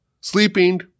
sleeping